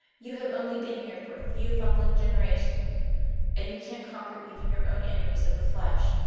you have only been here for a few fumbling generations and you can't conquer even your own enemies of the flesh.